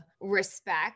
respect